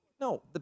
No